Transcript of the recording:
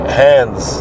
hands